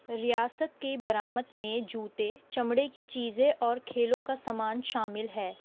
ریاست کی برآمد میں جوتے چمڑے کی چیزیں اور کھیلوں کا سامان شامل ہے